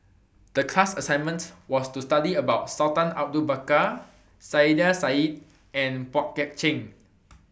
The class assignment was to study about Sultan Abu Bakar Saiedah Said and Pang Guek Cheng